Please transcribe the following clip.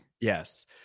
yes